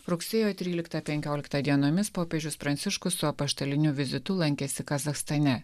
rugsėjo tryliktą penkioliktą dienomis popiežius pranciškus su apaštaliniu vizitu lankėsi kazachstane